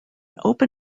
open